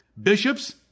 bishops